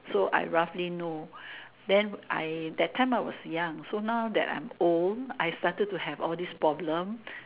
so I roughly know than I that time I was young so now that I am old I started to have all these problem